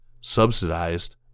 subsidized